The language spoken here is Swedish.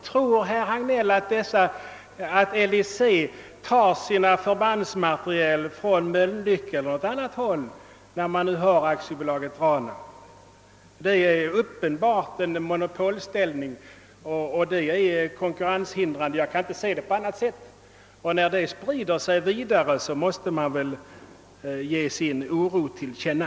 Tror herr Hagnell att LIC tar sin förbandsmateriel från Mölnlycke eller något annat håll då det egna Industri AB Rana finns att tillgå? Här är det uppenbarligen fråga om en monopolställning som är konkurrenshindrande. Jag kan inte förstå annat. När sådant sprider sig måste man ge sin oro till känna.